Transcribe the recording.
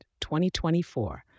2024